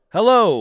Hello